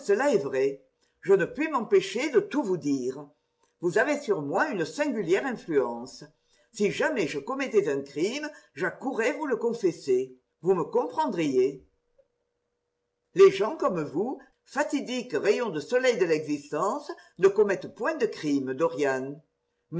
cela est vrai je ne puis m'empêcher de tout vous dire vous avez sur moi une singulière influence si jamais je commettais un crime j'accourrais vous le confesser vous me comprendriez les gens comme vous fatidiques rayons de soleil de l'existence ne commettent point de crimes